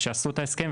כשעשו את ההסכם,